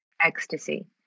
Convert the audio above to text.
ecstasy